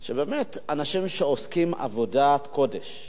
באמת, אנשים שעושים עבודת קודש.